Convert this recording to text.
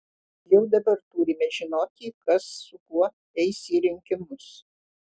jau dabar turime žinoti kas su kuo eis į rinkimus